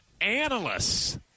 analysts